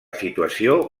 situació